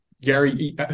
Gary